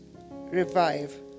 revive